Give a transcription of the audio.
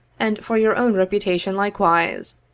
and for your own reputation likewise,